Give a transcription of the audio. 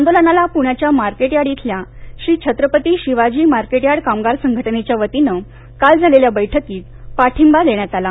आंदोलनाला पुण्याच्या market yard इयल्या श्री छत्रपती शिवाजी मार्केट यार्ड कामगार संघटनेच्या वतीनं काल झालेल्या बैठकीत पाठिंबा देण्यात आला